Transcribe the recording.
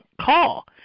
call